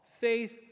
faith